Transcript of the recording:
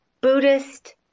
Buddhist